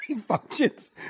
functions